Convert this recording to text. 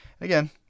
Again